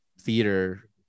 theater